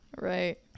Right